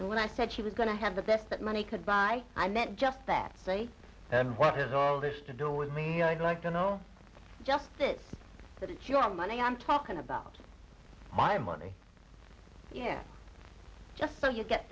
and when i said she was going to have the best that money could buy i meant just that say and what is orders to do with me i'd like to know just this that it's your money i'm talking about my money yeah just so you get